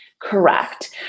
Correct